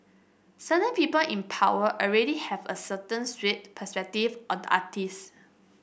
certain people in power already have a certain skewed perspective on the artist